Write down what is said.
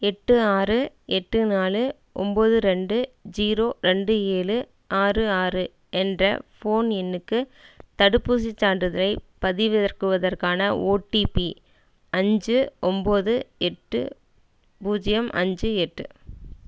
எட்டு ஆறு எட்டு நாலு ஒம்பது ரெண்டு ஜீரோ ரெண்டு ஏழு ஆறு ஆறு என்ற ஃபோன் எண்ணுக்கு தடுப்பூசிச் சான்றிதழைப் பதிவிறக்குவதற்கான ஒடிபி அஞ்சு ஒம்பது எட்டு பூஜ்ஜியம் அஞ்சு எட்டு